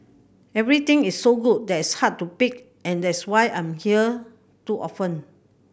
everything is so good that it's hard to pick and that's why I'm in here too often